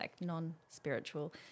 non-spiritual